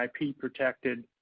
IP-protected